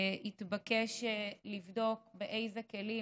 התבקש לבדוק באיזה כלים,